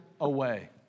away